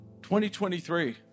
2023